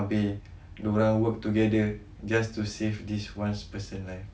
abeh diorang work together just to save this one person's life